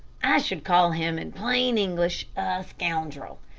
i should call him in plain english, a scoundrel.